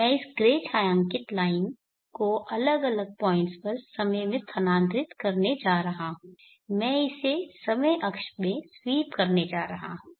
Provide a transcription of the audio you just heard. मैं इस ग्रे छायांकित लाइन को अलग अलग पॉइंट्स पर समय में स्थानांतरित करने जा रहा हूं मैं इसे समय अक्ष में स्वीप करने जा रहा हूं